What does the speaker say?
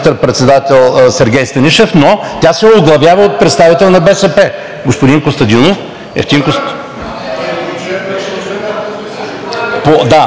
Сергей Станишев, но тя се оглавява от представител на БСП – господин Костадинов.